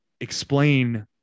explain